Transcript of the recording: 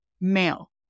male